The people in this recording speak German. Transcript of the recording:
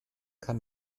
kann